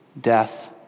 death